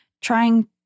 trying